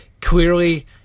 clearly